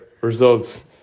results